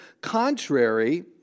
contrary